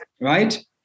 right